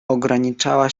ograniczała